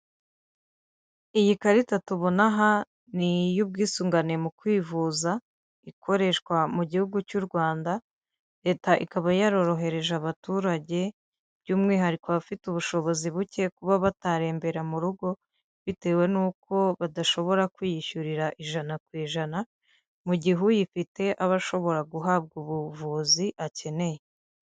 Iyi karita tubona aha ni iy'ubwisungane mu kwivuza ikoreshwa mu gihugu cy'u Rwanda, leta ikaba yarorohereje abaturage by'umwihariko abafite ubushobozi buke kuba batarembera mu rugo bitewe n'uko badashobora kwiyishyurira ijana ku ijana, mu gihe uyifite aba ashobora guhabwa ubuvuzi akeneye.